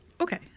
Okay